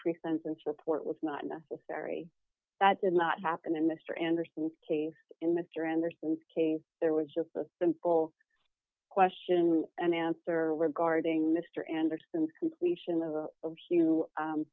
pre sentence report was not necessary that did not happen in mr anderson's case in mr anderson's case there was just a simple question and answer regarding mr anderson's completion of of hu